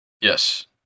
Yes